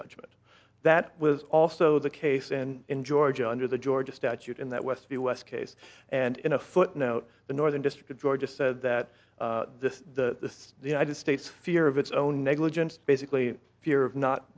judgment that was also the case and in georgia under the georgia statute in that west us case and in a footnote the northern district of georgia said that the united states fear of its own negligence basically fear of not